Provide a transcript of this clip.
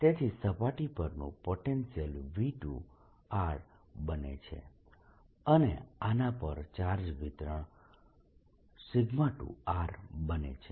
તેથી સપાટી પરનું પોટેન્શિયલ V2 બને છે અને આના પર ચાર્જ વિતરણ 2 બને છે